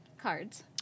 cards